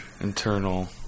internal